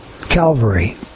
Calvary